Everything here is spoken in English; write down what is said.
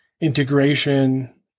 integration